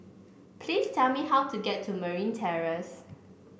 please tell me how to get to Merryn Terrace